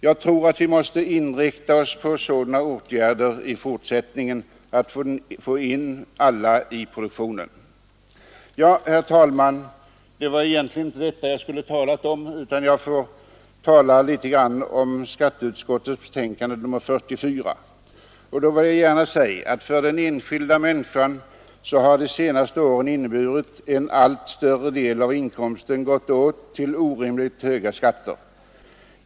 Jag tror att vi i fortsättningen måste inrikta oss på sådana åtgärder som gör kommer in i produktionen Herr talman! Det var egentligen inte detta jag skulle tala om utan om skatteutskottets betänkande nr 44. F senaste åren inneburit att en allt större del av inkomsten gått åt till de den enskilda människan har de orimligt höga skatterna.